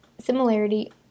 similarity